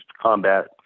combat